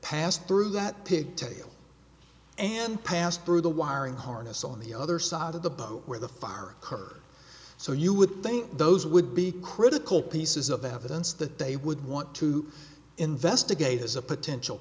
passed through that pigtail and passed through the wiring harness on the other side of the boat where the fire occurred so you would think those would be critical pieces of evidence that they would want to investigate as a potential